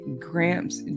Gramps